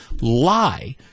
Lie